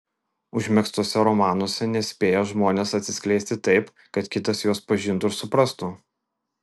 užmegztuose romanuose nespėja žmonės atsiskleisti taip kad kitas juos pažintų ir suprastų